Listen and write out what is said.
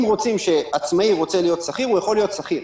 אם עצמאי רוצה להיות שכיר, הוא יכול להיות שכיר.